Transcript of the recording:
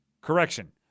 Correction